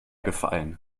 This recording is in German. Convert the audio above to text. gefallen